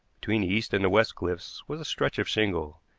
between the east and the west cliffs was a stretch of shingle,